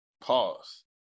Pause